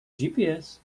gps